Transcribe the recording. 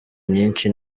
myinshi